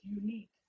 unique